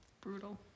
Brutal